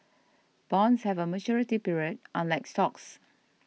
bonds have a maturity period unlike stocks